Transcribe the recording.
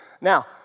Now